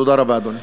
תודה רבה, אדוני.